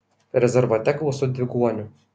rezervate gausu dviguonių